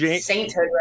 sainthood